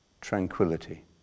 tranquility